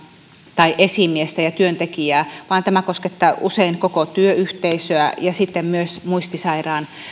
tai esimiestä ja työntekijää se koskettaa usein koko työyhteisöä ja sitten myös muistisairaan